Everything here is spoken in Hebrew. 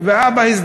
ואבא גם,